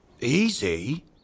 Easy